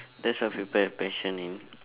that's what people have passion in